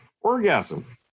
orgasm